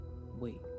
Wait